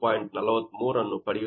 43 ಅನ್ನು ಪಡೆಯುತೀರಿ